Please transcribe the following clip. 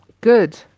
good